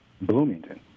Bloomington